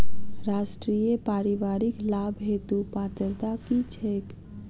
राष्ट्रीय परिवारिक लाभ हेतु पात्रता की छैक